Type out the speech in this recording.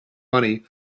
money